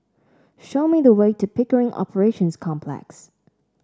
show me the way to Pickering Operations Complex